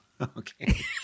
Okay